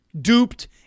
duped